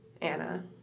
Anna